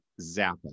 Zappa